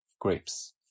grapes